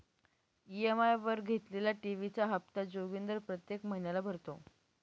EMI वर घेतलेल्या TV चा हप्ता जोगिंदर प्रत्येक महिन्याला भरतो